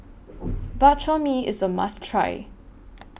Bak Chor Mee IS A must Try